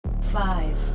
Five